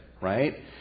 right